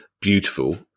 beautiful